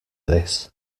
this